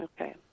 Okay